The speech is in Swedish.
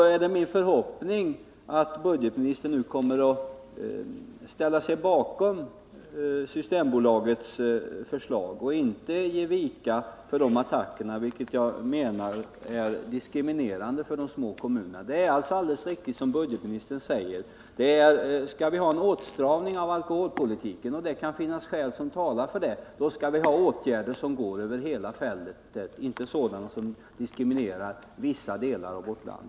Därför hoppas jag att budgetministern nu kommer att ställa sig bakom Systembolagets förslag och inte ge vika för attackerna, vilka jag anser innebär en diskriminering av de små kommunerna. Det är alltså riktigt som budgetministern säger: Skall vi ha en åtstramning av alkoholpolitiken — och det kan finnas skäl som talar härför — skall åtgärderna gälla hela fältet och inte diskriminera vissa kommuner och vissa delar av vårt land.